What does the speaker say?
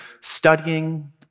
studying